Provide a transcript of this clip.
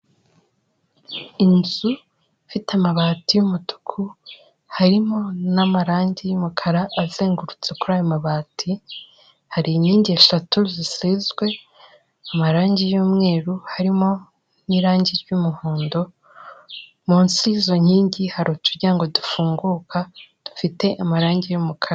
Iinzu ifite amabati y'umutuku harimo n'amarangi y'umukara azengurutse kuri ayo mabati. Hari inkingi eshatu zisizwe amarangi y'umweru harimo n'irangi ry'umuhondo, munsi y'izo nkingi hari uturyango dufunguka dufite amarangi y'umukara.